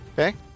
Okay